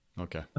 okay